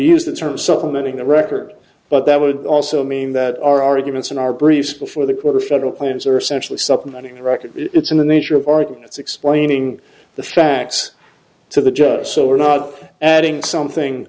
use the term supplementing the record but that would also mean that our arguments in our briefs before the court are federal plans are essentially supplementing the record it's in the nature of arguments explaining the facts to the judge so we're not adding something